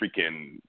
freaking